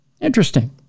Interesting